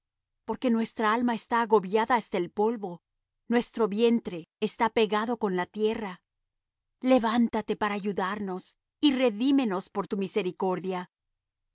porque nuestra alma está agobiada hasta el polvo nuestro vientre está pegado con la tierra levántate para ayudarnos y redímenos por tu misericordia